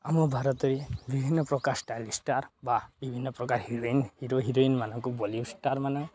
ମୋ ଭାରତରେ ବିଭିନ୍ନପ୍ରକାର ଷ୍ଟାଇଲ୍ ଷ୍ଟାର୍ ବା ବିଭିନ୍ନପ୍ରକାର ହିରୋଇନ୍ ହିରୋ ହିରୋଇନ୍ମାନଙ୍କୁ ବଲିଉଡ଼୍ ଷ୍ଟାର୍ମାନେ